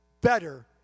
better